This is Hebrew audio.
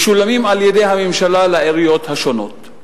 משולמים על-ידי הממשלה לעיריות השונות,